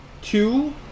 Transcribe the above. two